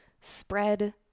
spread